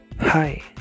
Hi